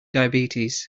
diabetes